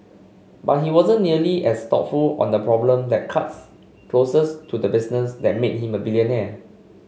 but he wasn't nearly as thoughtful on the problem that cuts closest to the business that made him a billionaire